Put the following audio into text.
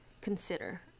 consider